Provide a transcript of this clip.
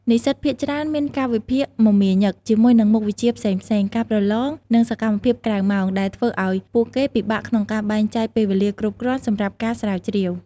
និស្សិតភាគច្រើនមានកាលវិភាគមមាញឹកជាមួយនឹងមុខវិជ្ជាផ្សេងៗ ការប្រឡង និងសកម្មភាពក្រៅម៉ោង ដែលធ្វើឱ្យពួកគេពិបាកក្នុងការបែងចែកពេលវេលាគ្រប់គ្រាន់សម្រាប់ការស្រាវជ្រាវ។